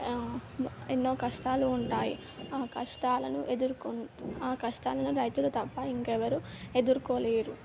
ఎన్నో కష్టాలు ఉంటాయి ఆ కష్టాలను ఎదుర్కొని ఆ కష్టాలను రైతులు తప్పా ఇంకెవ్వరూ ఎదురుకోలేరు